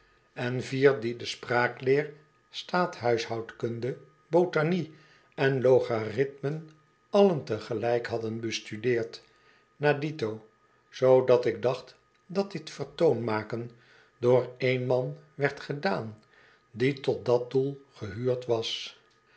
en die de spraakleer staathuishoudkunde botanie en logarithmen allen tegelijk hadden bestudeerd na dito zoodat ik dacht dat dit vertoonmaken door één man werd gedaan die tot dat doel gehuurd was